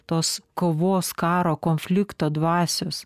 tos kovos karo konflikto dvasios